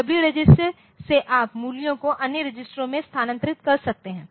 W register से आप मूल्यों को अन्य रजिस्टरों में स्थानांतरित कर सकते हैं